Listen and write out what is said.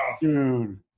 dude